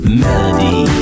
melody